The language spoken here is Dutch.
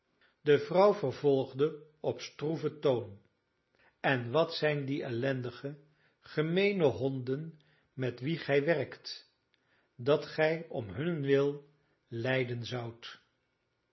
de vrouw vervolgde op stroeven toon en wat zijn die ellendige gemeene honden met wie gij werkt dat gij om hunnentwil lijden zoudt